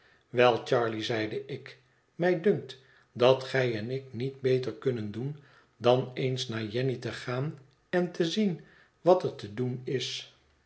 wel charley zeide ik mij dunkt dat gij en ik niet beter kunnen doen dan eens naar jenny te gaan en te zien wat er te doen is